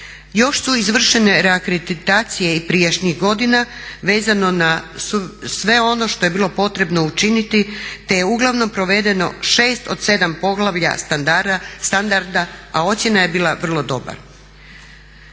Još su izvršene reakreditacije i prijašnjih godina vezano na sve ono što je bilo potrebno učiniti te je uglavnom provedeno 6 od 7 poglavlja standarda, a ocjena je bila vrlo dobar.